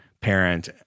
parent